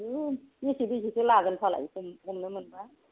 आयु बेसे बेसेथो लागोनफालाय हमनो मोनबा